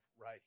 right